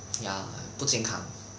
ya 很不健康